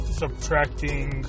subtracting